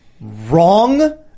wrong